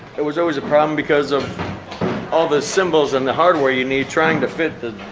it was always a problem because of all the symbols in the hardware you need trying to fit the?